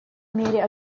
мере